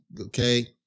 okay